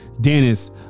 Dennis